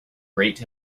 great